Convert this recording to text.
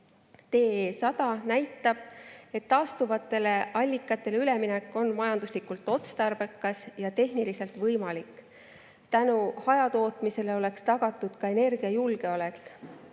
"TE100 näitab, et taastuvatele allikatele üleminek on majanduslikult otstarbekas ning tehniliselt võimalik. Tänu hajatootmisele oleks tagatud ka energiajulgeolek.